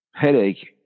headache